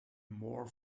more